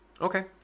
Okay